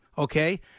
Okay